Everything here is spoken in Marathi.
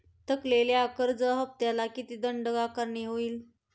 थकलेल्या कर्ज हफ्त्याला किती दंड आकारणी होईल?